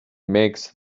makes